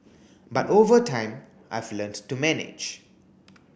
but over time I've learnt to manage